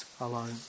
alone